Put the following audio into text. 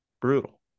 Brutal